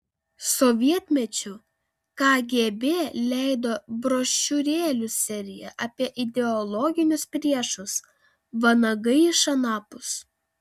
sovietmečiu kgb leido brošiūrėlių seriją apie ideologinius priešus vanagai iš anapus